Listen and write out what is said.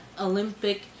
Olympic